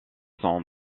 son